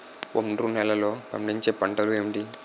ఒండ్రు నేలలో పండించే పంటలు ఏంటి?